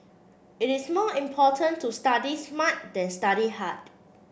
it is more important to study smart than study hard